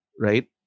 right